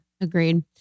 Agreed